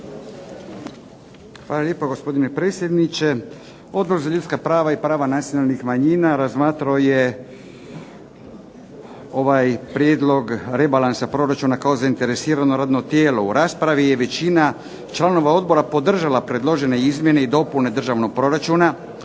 Hvala lijepo gospodine predsjedniče. Odbor za ljudska prava i prava nacionalnih manjina razmatrao je ovaj prijedlog rebalansa proračuna kao zainteresirano radno tijelo. U raspravi je većina članova odbora podržala predložene izmjene i dopune državnog proračuna